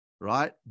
Right